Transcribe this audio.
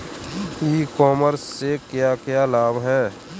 ई commerce से क्या क्या लाभ हैं?